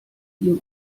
ihm